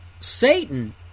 Satan